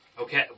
Okay